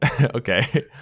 okay